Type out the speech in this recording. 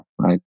right